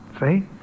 See